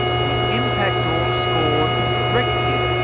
the impactor scored a direct hit